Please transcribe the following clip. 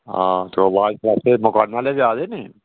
तां आवास योजना आह्ले मकाने आह्ले बी आए दे जां नेईं